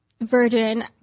virgin